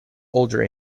older